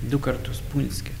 du kartus punske